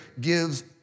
gives